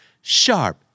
sharp